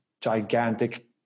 gigantic